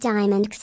Diamond